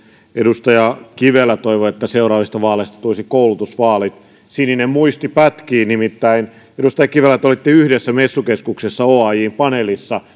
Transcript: edustaja kivelä toivoi että seuraavista vaaleista tulisi koulutusvaalit sininen muisti pätkii nimittäin edustaja kivelä te olitte messukeskuksessa oajn paneelissa